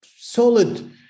solid